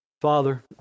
Father